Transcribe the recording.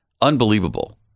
Unbelievable